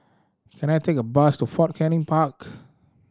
can I take a bus to Fort Canning Park